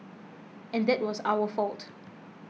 and that was our fault